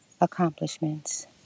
accomplishments